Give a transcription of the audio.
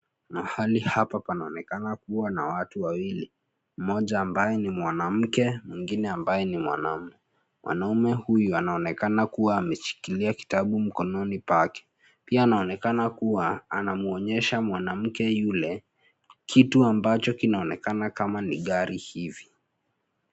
Mahali hapa panaonekana kuwa na watu wawili mmoja ambaye ni mwanamke na mwingine ambaye ni mwanaume. Mwanaume huyu anaonekana kuwa ameshikilia kitabu mkononi pake pia anaonekana kuwa anamwonyesha mwanamke yule kitu ambacho kinaonekana kama ni gari hivi.